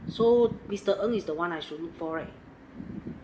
so mister ng is the one I should look for right